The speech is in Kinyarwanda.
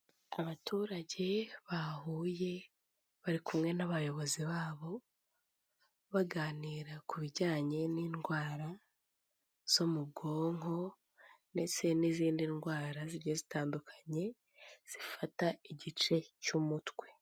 Abaturage bahuye bari kumwe n'abayobozi babo baganira ku bijyanye n'indwara zo mu bwonko ndetse n'izindi ndwara zigiye zitandukanye zifata igice cy'umutwe.